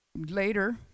later